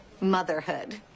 motherhood